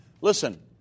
Listen